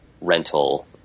rental